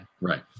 right